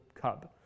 cub